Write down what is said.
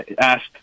asked